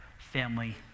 family